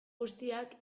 guztiak